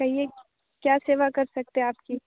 कहिये क्या सेवा कर सकते हैं आपकी